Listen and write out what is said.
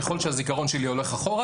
ככל שהזיכרון שלי הולך אחורה